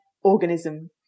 organism